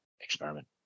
experiment